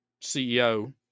CEO